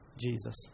Jesus